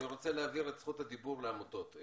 רוצה להעביר את זכות הדיבור לעמותות.